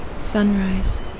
Sunrise